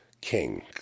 King